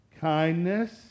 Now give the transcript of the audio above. kindness